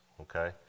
okay